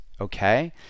Okay